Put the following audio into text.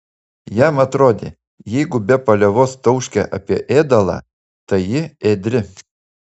jam atrodė jeigu be paliovos tauškia apie ėdalą tai ji ėdri